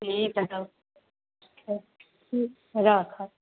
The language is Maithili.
ठीक हए तब अच्छे ठीक राखथु